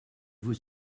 vos